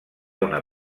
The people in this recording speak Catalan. una